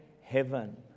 heaven